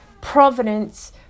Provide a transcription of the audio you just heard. providence